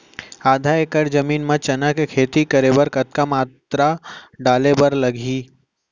आधा एकड़ जमीन मा चना के खेती बर के कतका मात्रा डाले बर लागही?